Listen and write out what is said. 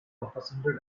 represented